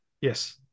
Yes